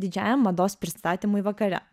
didžiajam mados pristatymui vakare